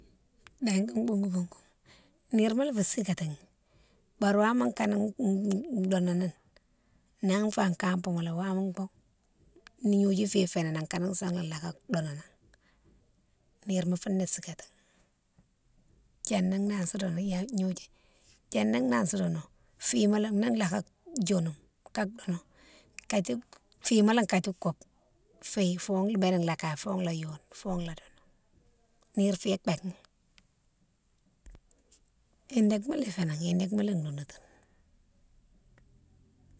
Dingui bougou boukou, nire ma fé sagatine bari wama ikane dounouni na fa kampe malé wama boughe, gnodiou fé fénan nan ikane soune né laka dounou nan, nirema founé sigatine. Diani nasa dounou, diani nan sa dounou fimalé, ni laka djounou, ka dounou kati, fimalé kadi koupe fi founne bélé laka fo la yone fo la dounou, nire fiyé békni, i lékmalé fénan, ilékmalé dounoutoune.